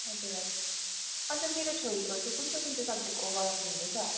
हजुर हजुर अन्त मेरो छोरीको चाहिँ कुन चाहिँ कुन चाहिँ सब्जेक्टको चाहिँ गराउनु हुँदैछ